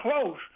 close